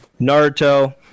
Naruto